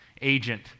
agent